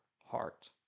heart